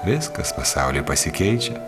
viskas pasaulyje pasikeičia